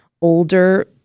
older